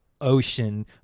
ocean